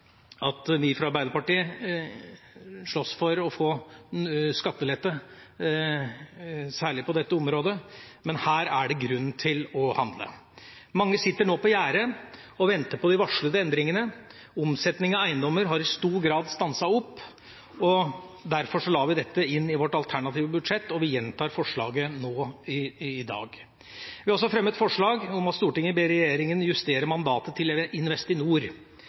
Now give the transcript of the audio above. at vi fra Arbeiderpartiet slåss for å få skattelette, særlig på dette området, men her er det grunn til å handle. Mange sitter nå på gjerdet og venter på de varslede endringene. Omsetningen av eiendommer har i stor grad stanset opp, og derfor la vi dette inn i vårt alternative budsjett, og vi gjentar forslaget nå i dag. Vi har også fremmet forslag om at «Stortinget ber regjeringen justere mandatet til Investinor